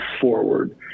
forward